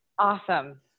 awesome